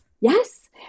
Yes